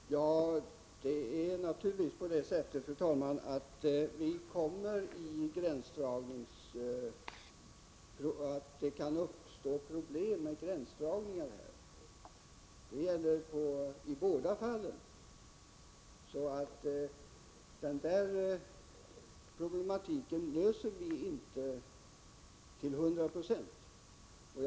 Fru talman! Det kan naturligtvis här uppstå problem med gränsdragningen — det gäller i båda fallen. Det problemet löser vi inte till 100 90.